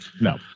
No